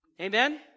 Amen